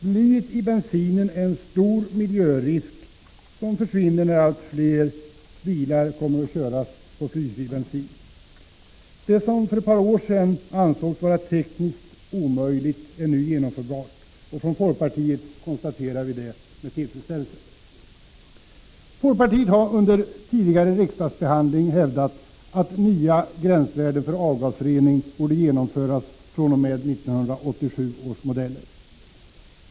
Blyet i bensinen innebär en stor miljörisk, och den kommer att försvinna när allt fler bilar körs på blyfri bensin. Det som för ett par år sedan ansågs vara tekniskt omöjligt är nu genomförbart, och från folkpartiet konstaterar vi detta med tillfredsställelse. Folkpartiet har under tidigare riksdagsbehandling hävdat att nya gränsvärden för avgasrening borde införas fr.o.m. 1987 års modeller.